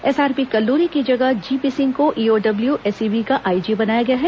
SRP Kalluri की जगह GP Singh को ईओडब्ल्यू एसीबी का आईजी बनाया गया है